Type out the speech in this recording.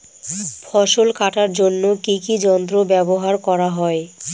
ফসল কাটার জন্য কি কি যন্ত্র ব্যাবহার করা হয়?